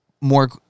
more